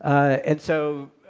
and so